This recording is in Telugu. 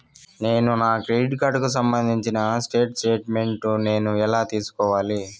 నేను నా క్రెడిట్ కార్డుకు సంబంధించిన స్టేట్ స్టేట్మెంట్ నేను ఎలా తీసుకోవాలి?